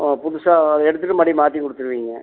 ஆ புதுசாக அதை எடுத்துவிட்டு மறுபடியும் மாற்றி கொடுத்துருவீங்க